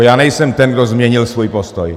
Já nejsem ten, kdo změnil svůj postoj.